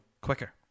quicker